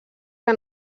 que